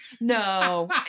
No